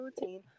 routine